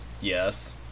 Yes